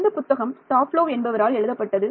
இந்த புத்தகம் டாஃப்லோவ் என்பவரால் எழுதப்பட்டது